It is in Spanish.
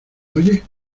oye